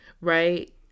right